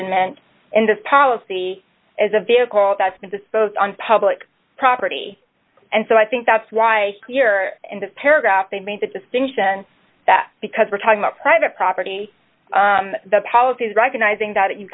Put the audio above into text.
abandonment and of policy is a vehicle that's been disposed on public property and so i think that's why you're in the paragraph they make the distinction that because we're talking about private property the policy is recognizing that you